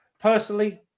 Personally